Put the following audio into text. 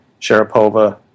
Sharapova